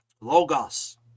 Logos